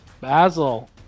Basil